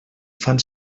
fan